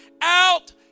out